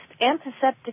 antiseptic